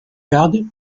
garde